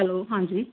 hello ਹਾਂਜੀ